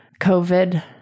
COVID